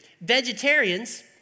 Vegetarians